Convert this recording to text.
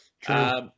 True